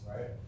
right